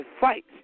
fight